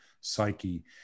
psyche